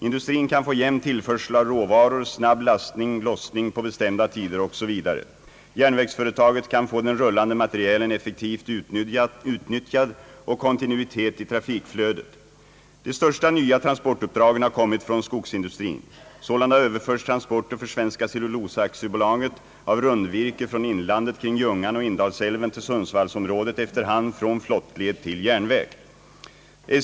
Industrin kan få jämn tillförsel av råvaror, snabb lastning, lossning på bestämda tider osv. Järnvägsföretaget kan få den rullande materielen effektivt utnyttjad och kontinuitet i trafikflödet. De största nya transportuppdragen har kommit från skogsindustrin. Sålunda överförs transporter för Svenska Cellulosa aktiebolaget av rundvirke från inlandet kring Ljungan och Indalsälven till sundsvallsområdet efter hand från flottled till järnväg.